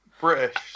British